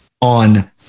on